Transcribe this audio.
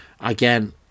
again